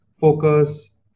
focus